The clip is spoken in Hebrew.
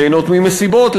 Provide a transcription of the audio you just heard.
ליהנות ממסיבות,